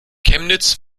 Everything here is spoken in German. chemnitz